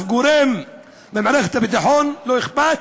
לאף גורם במערכת הביטחון לא אכפת.